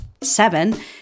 seven